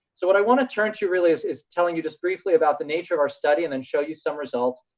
so what i wanna turn to really is is telling you just briefly about the nature of our study, and then show you some results.